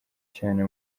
cyane